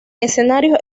escenarios